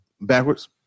Backwards